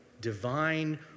divine